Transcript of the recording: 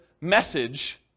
message